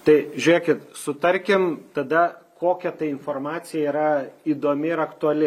tai žiūrėkit sutarkim tada kokia ta informacija yra įdomi ir aktuali